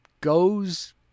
goes